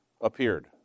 appeared